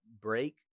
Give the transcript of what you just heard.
break